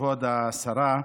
כבוד השרה,